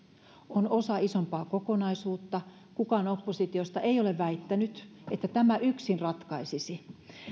on osa isompaa kokonaisuutta kukaan oppositiosta ei ole väittänyt että tämä yksin ratkaisisi